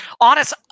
Honest